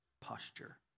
posture